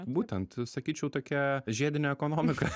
būtent sakyčiau tokia žiedinė ekonomika